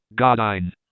Godine